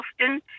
often